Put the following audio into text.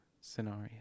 scenario